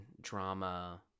drama